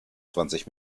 zwanzig